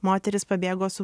moterys pabėgo su